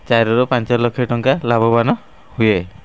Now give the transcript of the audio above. ଚାରିରୁ ପାଞ୍ଚ ଲକ୍ଷ ଟଙ୍କା ଲାଭବାନ ହୁଏ